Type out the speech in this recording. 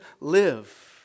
live